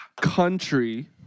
country